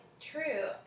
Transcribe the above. True